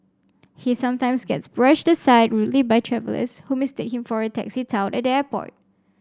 he sometimes gets brushed aside rudely by travellers who mistake him for a taxi tout at the airport